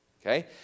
okay